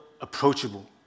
approachable